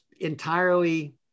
entirely